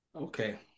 Okay